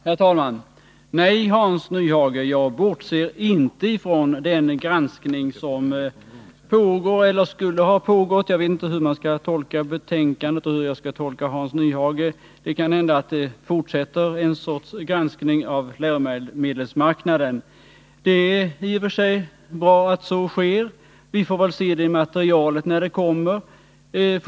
Herr talman! Nej, Hans Nyhage, jag bortser inte från den granskning som pågår eller skulle ha pågått — jag vet inte hur jag skall tolka betänkandet och Hans Nyhages anförande. Det kan hända att en sorts granskning av läromedelsmarknaden fortsätter. Det är i och för sig bra att så sker. Vi får väl se materialet när det kommer.